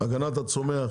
מה זה הגנת הצומח?